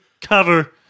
cover